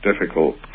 difficult